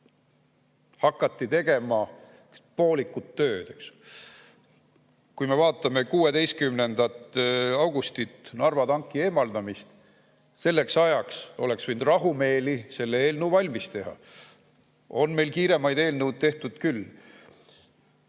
hakati tegema poolikut tööd. Kui me vaatame 16. augustit, Narva tanki eemaldamist – selleks ajaks oleks võinud rahumeeli selle eelnõu valmis teha. Meil on kiiremaid eelnõusid tehtud küll.